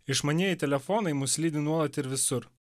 išmanieji telefonai mus lydi nuolat ir visur